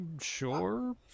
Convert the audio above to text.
Sure